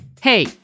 Hey